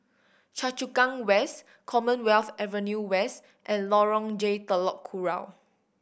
Choa Chu Kang West Commonwealth Avenue West and Lorong J Telok Kurau